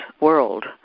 world